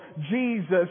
Jesus